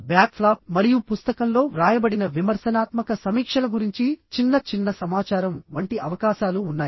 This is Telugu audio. బ్యాక్ ఫ్లాప్ మరియు పుస్తకంలో వ్రాయబడిన విమర్శనాత్మక సమీక్షల గురించి చిన్న చిన్న సమాచారం వంటి అవకాశాలు ఉన్నాయి